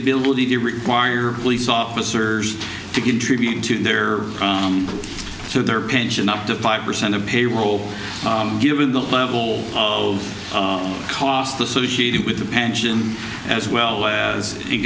ability to require police officers to contribute to their to their pension up to five percent of payroll given the level of cost associated with the pension as well as in